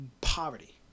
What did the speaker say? poverty